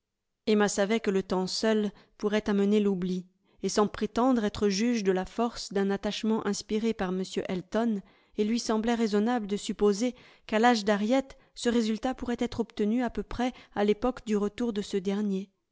emma savait que le temps seul pourrait amener l'oubli et sans prétendre être juge de la force d'un attachement inspiré par m elton il lui semblait raisonnable de supposer qu'à l'âge d'harriet ce résultat pourrait être obtenu à peu près à l'époque du retour de ce dernier